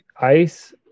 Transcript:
ice